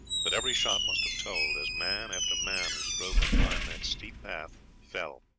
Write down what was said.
but every shot must have told, as man after man who strove to climb that steep path fell.